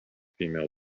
female